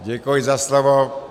Děkuji za slovo.